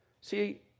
See